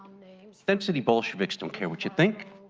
density bolsheviks don't care what you think,